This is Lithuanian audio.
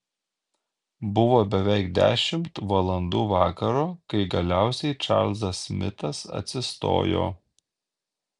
buvo beveik dešimt valandų vakaro kai galiausiai čarlzas smitas atsistojo